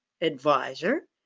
advisor